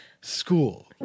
school